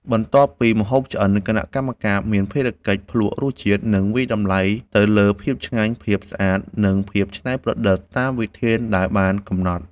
បន្ទាប់ពីម្ហូបឆ្អិន គណៈកម្មការមានភារកិច្ចភ្លក្សរសជាតិ និងវាយតម្លៃទៅលើភាពឆ្ងាញ់ ភាពស្អាត និងភាពច្នៃប្រឌិតតាមវិធានដែលបានកំណត់។